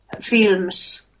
films